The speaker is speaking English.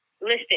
listed